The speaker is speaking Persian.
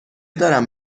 دارم